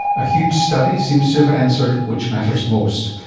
a huge study seems to have answered which matters most.